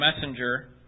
messenger